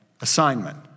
assignment